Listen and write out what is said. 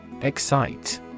Excite